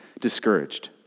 discouraged